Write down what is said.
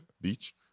beach